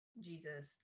jesus